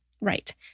Right